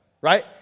right